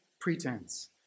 pretense